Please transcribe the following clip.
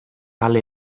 ale